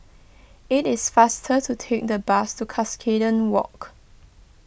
it is faster to take the bus to Cuscaden Walk